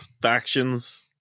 factions